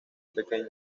pequeño